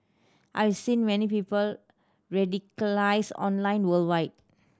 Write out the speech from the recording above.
I've seen many people radicalised online worldwide